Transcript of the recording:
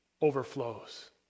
overflows